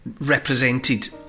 represented